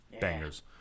bangers